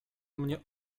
mnie